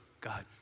God